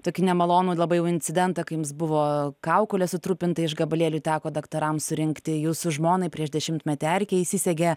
tokį nemalonų labai jau incidentą kai jums buvo kaukolė sutrupinta iš gabalėlių teko daktarams surinkti jūsų žmonai prieš dešimtmetį erkė įsisegė